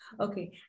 okay